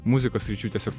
muzikos sričių tiesiog